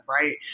Right